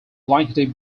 blankety